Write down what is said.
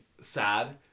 sad